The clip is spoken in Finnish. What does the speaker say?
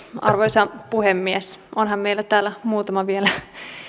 arvoisa puhemies onhan meitä täällä muutama vielä